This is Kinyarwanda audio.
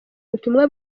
ubutumwa